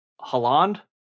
holland